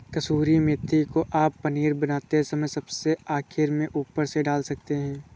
कसूरी मेथी को आप पनीर बनाते समय सबसे आखिरी में ऊपर से डाल सकते हैं